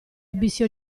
abissi